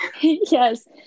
Yes